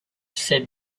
said